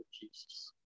Jesus